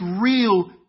real